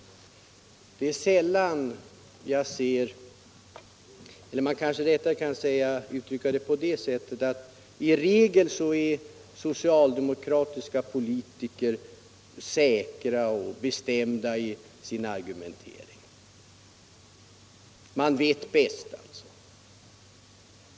I regel är socialdemokratiska politiker säkra och bestämda i sin argumentering. Man vet alltid bäst.